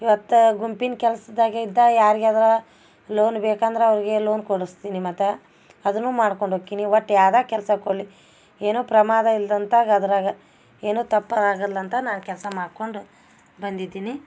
ಇವತ್ತು ಗುಂಪಿನ ಕೆಲ್ಸ್ದಾಗೆ ಇದ್ದಾಗ ಯಾರಿಗಾದ್ರು ಲೋನ್ ಬೇಕಂದ್ರೆ ಅವರಿಗೆ ಲೋನ್ ಕೊಡಿಸ್ತೀನಿ ಮತ್ತು ಅದನ್ನು ಮಾಡ್ಕೊಂಡು ಹೊಕ್ಕಿನಿ ಒಟ್ಟು ಯಾವ್ದಾ ಕೆಲಸ ಕೊಡಲಿ ಏನು ಪ್ರಮಾದ ಇಲ್ದಂತಾಗ ಅದ್ರಾಗ ಏನು ತಪ್ಪು ಆಗಲ್ಲಂತ ನಾನು ಕೆಲಸ ಮಾಡ್ಕೊಂಡು ಬಂದಿದ್ದೀನಿ